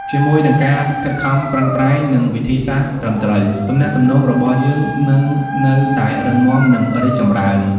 ជាមួយនឹងការខិតខំប្រឹងប្រែង និងវិធីសាស្រ្តត្រឹមត្រូវ ទំនាក់ទំនងរបស់យើងនឹងនៅតែរឹងមាំ និងរីកចម្រើន។